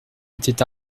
était